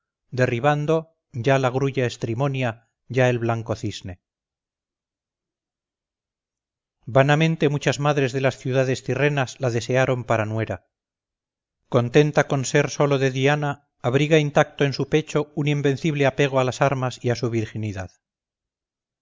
derribando ya la grulla estrimonia ya el blanco cisne vanamente muchas madres de las ciudades tirrenas la desearon para nuera contenta con ser sólo diana abriga intacto en su pecho un invencible apego a las armas y a su virginidad